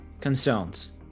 concerns